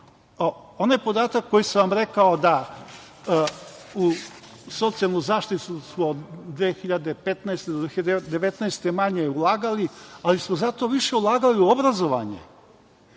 Onaj podatak koji sam vam rekao da u socijalnu zaštitu od 2015. godine do 2019. godine manje smo ulagali, ali smo zato više ulagali u obrazovanje